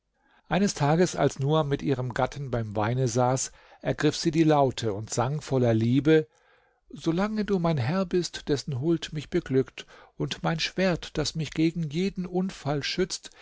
eines tages als niamah mit ihrem gatten beim weine saß ergriff sie die laute und sang voller liebe so lange du mein herr bist dessen huld mich beglückt und mein schwert das mich gegen jeden unfall schützt